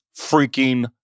freaking